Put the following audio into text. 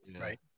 Right